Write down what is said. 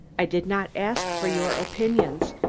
i did not ask for your opinions.